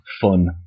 fun